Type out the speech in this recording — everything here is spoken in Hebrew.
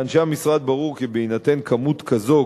לאנשי המשרד ברור כי בהינתן כמות כזאת,